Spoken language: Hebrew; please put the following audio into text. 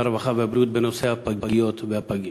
הרווחה והבריאות בנושא הפגיות והפגים.